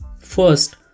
First